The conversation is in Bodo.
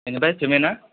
बेनिफ्राय पेमेन्तआ